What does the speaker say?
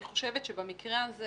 אני חושבת שבמקרה הזה,